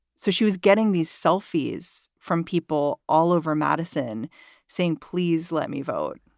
so she was getting these selfie is from people all over madison saying, please let me vote